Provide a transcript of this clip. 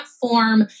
form